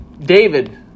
David